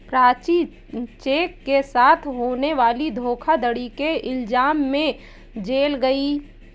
Prachi cheque के साथ होने वाली धोखाधड़ी के इल्जाम में जेल गई